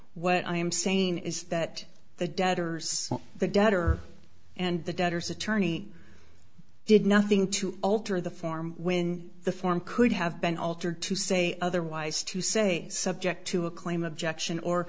what i am saying is that the debtors the debtor and the debtors attorney did nothing to alter the form when the form could have been altered to say otherwise to say subject to a claim objection or